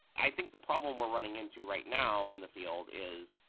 i think the problem we're running in to right now in the field is,